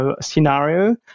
scenario